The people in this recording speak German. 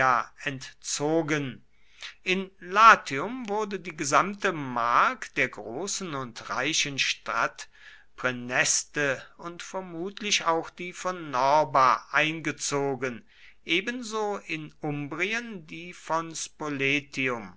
entzogen in latium wurde die gesamte mark der großen und reichen stadt praeneste und vermutlich auch die von norba eingezogen ebenso in umbrien die von